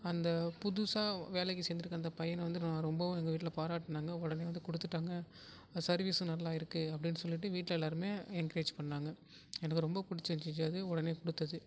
அந்த புதுசாக வேலைக்கு சேர்ந்துருக்க அந்த பையனை வந்து நான் ரொம்பவும் எங்கள் வீட்டில பாராட்டுனாங்கள் உடனே வந்து கொடுத்துட்டாங்க சர்வீஸ்சும் நல்லா இருக்குது அப்படினு சொல்லிட்டு வீட்டில எல்லாருமே என்கரேஜ் பண்ணாங்கள் எனக்கு ரொம்ப பிடிச்சிருந்துச்சி உடனே கொடுத்தது